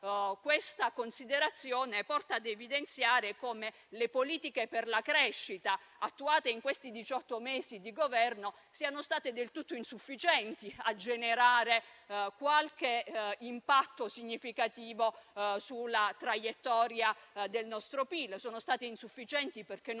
questa considerazione porta a evidenziare come le politiche per la crescita attuate nei diciotto mesi di Governo siano state del tutto insufficienti a generare qualche impatto significativo sulla traiettoria del nostro PIL. E sono state insufficienti perché non